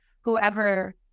whoever